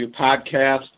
podcast